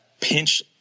pinch